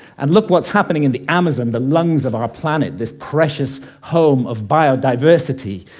and look what's happening in the amazon, the lungs of our planet, this precious home of bio-diversity.